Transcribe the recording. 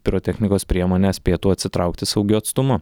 pirotechnikos priemonę spėtų atsitraukti saugiu atstumu